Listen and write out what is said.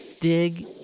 dig